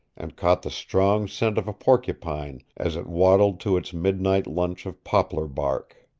and caught the strong scent of a porcupine as it waddled to its midnight lunch of poplar bark.